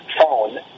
phone